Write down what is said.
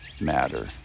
matter